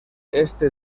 este